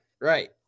right